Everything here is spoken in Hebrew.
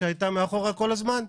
שהייתה מאחורה כל הזמן?